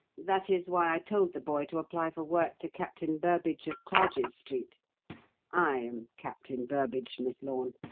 that is why i told the boy to apply for work to captain burbage of clarges street i am captain burbage, miss lorne.